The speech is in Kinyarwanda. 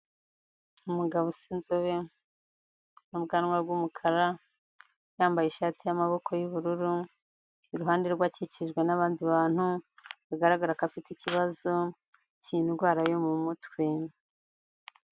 Umugabo usa inzobe, n'ubwanwa bw'umukara, yambaye ishati y'amaboko y'ubururu, iruhande rwe akikijwe nabandi bantu, bagaragara ko afite ikibazo, cy'indwara yo mu mutwe.